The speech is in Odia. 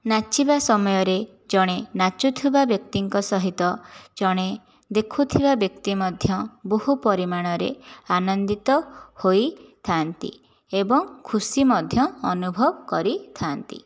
ନାଚିବା ସମୟରେ ଜଣେ ନାଚୁଥିବା ବ୍ୟକ୍ତିଙ୍କ ସହିତ ଜଣେ ଦେଖୁଥିବା ବ୍ୟକ୍ତି ମଧ୍ୟ ବହୁ ପରିମାଣରେ ଆନନ୍ଦିତ ହୋଇଥାଆନ୍ତି ଏବଂ ଖୁସି ମଧ୍ୟ ଅନୁଭବ କରିଥାଆନ୍ତି